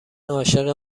عاشق